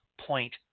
point